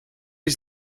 his